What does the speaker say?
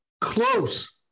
close